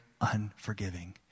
unforgiving